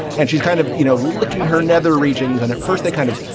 and she's kind of, you know, licking her nether regions. and at first they kind of,